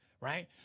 Right